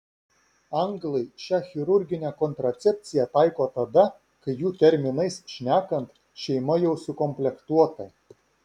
anglai šią chirurginę kontracepciją taiko tada kai jų terminais šnekant šeima jau sukomplektuota